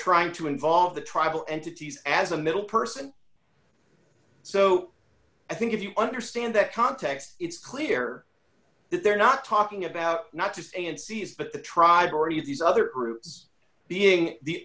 trying to involve the tribal entities as a middle person so i think if you understand that context it's clear that they're not talking about not just and sees but the tribe or you these other groups being the